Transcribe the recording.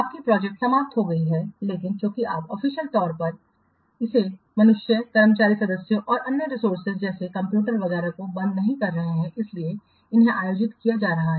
आपकी प्रोजेक्ट समाप्त हो गई है लेकिन चूंकि आप ऑफिशियल तौर पर इसे मनुष्य कर्मचारी सदस्यों और अन्य रिसोर्सेस जैसे कंप्यूटर वगैरह को बंद नहीं कर रहे हैं इसलिए इन्हें आयोजित किया जा रहा है